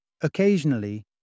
Occasionally